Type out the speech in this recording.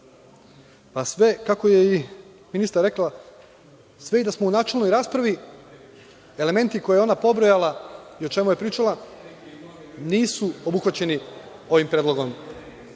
Sve, kako je i ministar rekla, i da smo u načelnoj raspravi, elementi koje je ona pobrojala i o čemu je pričala nisu obuhvaćeni ovim predlogom